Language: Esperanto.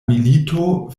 milito